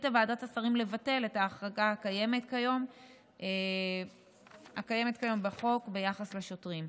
החליטה ועדת השרים לבטל את ההחרגה הקיימת כיום בחוק ביחס לשוטרים.